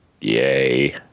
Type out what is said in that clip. Yay